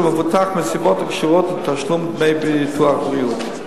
מבוטח מסיבות הקשורות לתשלום דמי ביטוח בריאות.